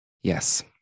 Yes